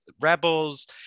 rebels